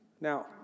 Now